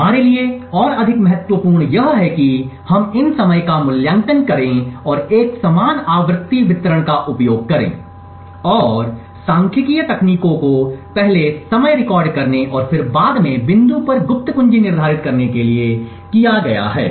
हमारे लिए और अधिक महत्वपूर्ण यह है कि हम इन समय का मूल्यांकन करें और एक समान आवृत्ति वितरण का उपयोग करें और सांख्यिकीय तकनीकों को पहले समय रिकॉर्ड करने और फिर बाद में बिंदु पर गुप्त कुंजी निर्धारित करने के लिए किया गया है